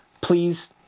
please